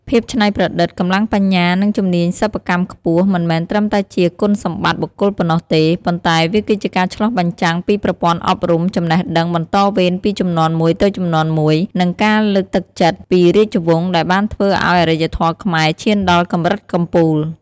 ភាពច្នៃប្រឌិត កម្លាំងបញ្ញា និងជំនាញសិប្បកម្មខ្ពស់ មិនមែនត្រឹមតែជាគុណសម្បត្តិបុគ្គលប៉ុណ្ណោះទេ ប៉ុន្តែវាគឺជាការឆ្លុះបញ្ចាំងពីប្រព័ន្ធអប់រំ ចំណេះដឹងបន្តវេនពីជំនាន់មួយទៅជំនាន់មួយ និងការលើកទឹកចិត្តពីរាជវង្សដែលបានធ្វើឱ្យអរិយធម៌ខ្មែរឈានដល់កម្រិតកំពូល។